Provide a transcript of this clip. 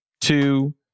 two